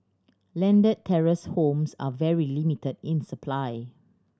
landed terrace homes are very limited in supply